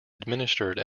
administered